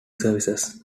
services